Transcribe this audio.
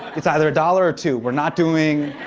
it's either a dollar or two, we're not doing.